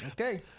Okay